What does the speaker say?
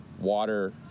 water